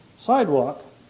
sidewalk